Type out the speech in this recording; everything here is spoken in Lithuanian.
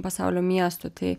pasaulio miestų tai